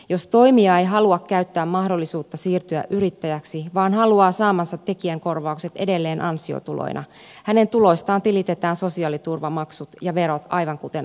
jos toimija ei halua käyttää mahdollisuutta siirtyä yrittäjäksi vaan haluaa saamansa tekijänkorvaukset edelleen ansiotuloina hänen tuloistaan tilitetään sosiaaliturvamaksut ja verot aivan kuten aiemminkin